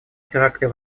теракты